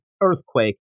earthquake